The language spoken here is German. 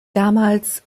damals